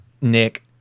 Nick